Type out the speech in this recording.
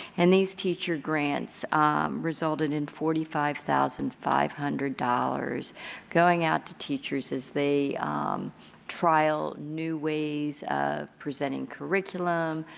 and these teacher grants related and in forty five thousand five hundred dollars going out to teachers as they trial new ways of presenting curriculum.